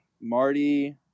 Marty